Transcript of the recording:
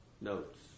notes